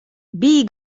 bij